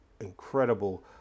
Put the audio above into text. incredible